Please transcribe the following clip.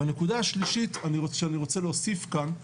הנקודה השלישית שאני רוצה להוסיף כאן,